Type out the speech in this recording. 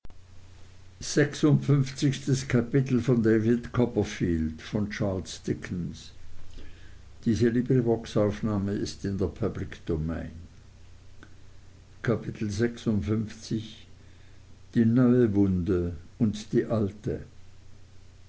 die neue wunde und die alte